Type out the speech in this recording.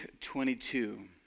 22